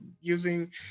using